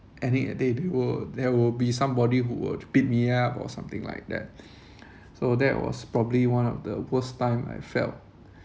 any day to go there would be somebody who will beat me up or something like that so that was probably one of the worst time I felt